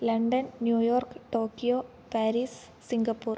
London New York Tokyo Paris Singapore